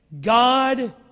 God